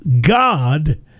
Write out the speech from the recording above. God